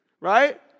right